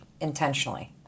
intentionally